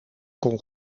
kon